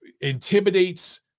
intimidates